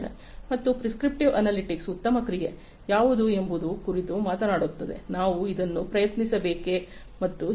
ಮತ್ತು prescriptive analytics ಉತ್ತಮ ಕ್ರಿಯೆ ಯಾವುದು ಎಂಬುದರ ಕುರಿತು ಮಾತನಾಡುತ್ತದೆ ನಾವು ಇದನ್ನು ಪ್ರಯತ್ನಿಸಬೇಕೇ ಮತ್ತು ಹೀಗೆ